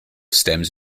stems